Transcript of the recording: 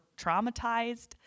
traumatized